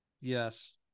yes